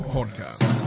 Podcast